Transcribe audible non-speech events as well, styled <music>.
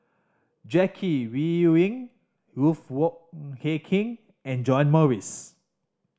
Jackie Yi Ru Ying Ruth Wong <hesitation> Hie King and John Morrice